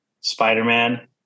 Spider-Man